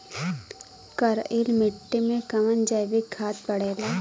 करइल मिट्टी में कवन जैविक खाद पड़ेला?